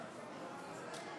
תוצאות